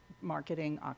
marketing